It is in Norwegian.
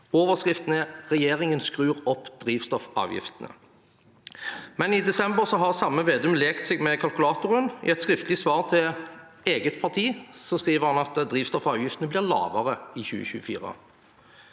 Overskriften var: Regjeringen skrur opp drivstoffavgiftene. I desember har samme Vedum lekt seg med kalkulatoren. I et skriftlig svar til eget parti skrev han at drivstoffavgiftene blir lavere i 2024.